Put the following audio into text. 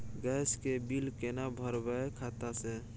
Gas के bill केना भरबै खाता से?